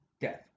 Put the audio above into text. death